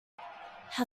how